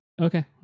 Okay